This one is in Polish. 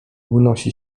unosi